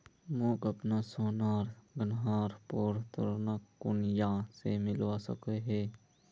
मोक अपना सोनार गहनार पोर ऋण कुनियाँ से मिलवा सको हो?